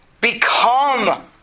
become